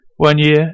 one-year